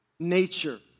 Nature